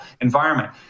environment